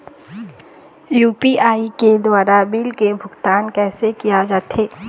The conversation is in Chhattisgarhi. यू.पी.आई के द्वारा बिल के भुगतान कैसे किया जाथे?